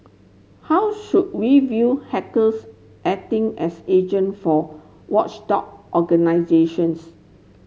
how should we view hackers acting as agent for watchdog organisations